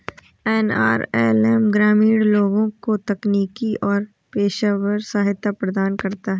NRLM ग्रामीण लोगों को तकनीकी और पेशेवर सहायता प्रदान करता है